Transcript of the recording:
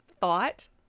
thought